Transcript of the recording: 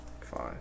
Five